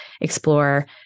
explore